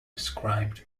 described